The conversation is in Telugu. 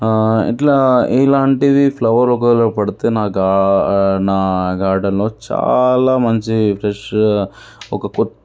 ఇట్లా ఇలాంటిది ఫ్లవర్ ఒకవేళ పడితే నా గా నా గార్డెన్లో చాలా మంచి ఫ్రెష్ ఒక కొత్త